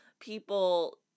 People